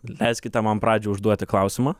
leiskite man pradžioj užduoti klausimą